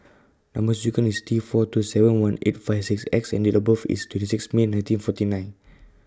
Number sequence IS T four two seven one eight five six X and Date of birth IS twenty six May nineteen forty nine